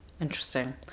Interesting